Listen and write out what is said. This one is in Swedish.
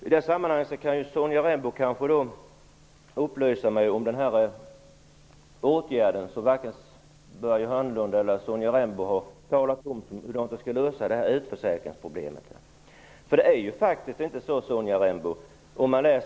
I det sammanhanget kan Sonja Rembo också tala om med vilka åtgärder man skall lösa utförsäkringsproblemet, vilket varken Sonja Rembo eller Börje Hörnlund har talat om.